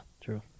True